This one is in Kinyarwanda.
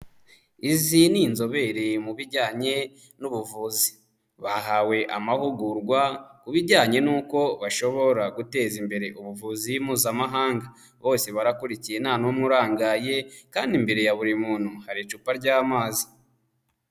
Izi ni inzobere mu bijyanye n'ubuvuzi, bahawe amahugurwa ku bijyanye n'uko bashobora guteza imbere ubuvuzi mpuzamahanga, bose barakurikiye nta n'umwe urangaye, kandi imbere ya buri muntu hari icupa ry'amazi.